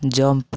jump